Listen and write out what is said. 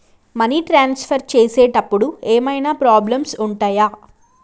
Money transfer చేసేటప్పుడు ఏమైనా problems ఉంటయా?